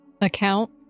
Account